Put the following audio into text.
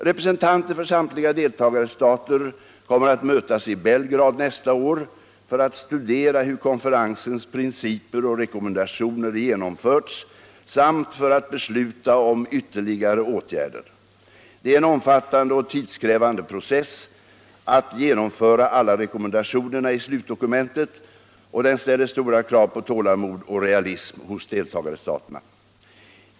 Representanter för samtliga deltagarstater kommer att mötas i Belgrad nästa år för att studera hur konferensens principer och rekommendationer genomförts samt för att besluta om ytterligare åtgärder. Det är en omfattande och tidskrävande process att genomföra alla rekommendationerna i slutdokumentet, och den ställer stora krav på tålamod och realism hos deltagarstaterna.